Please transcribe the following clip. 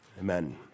Amen